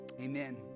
Amen